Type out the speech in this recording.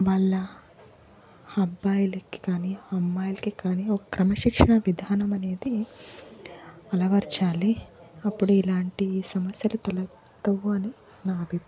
వాళ్ళ అబ్బాయిలకి కానీ అమ్మాయిలకి కానీ ఒక క్రమశిక్షణ విధానమనేది అలవర్చాలి అప్పుడు ఇలాంటి సమస్యలు తలెత్తవని నా అభిప్రాయం